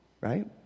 Right